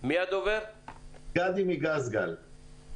אני מחברת גז-גל.